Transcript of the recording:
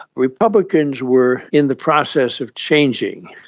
republicans were in the process of changing.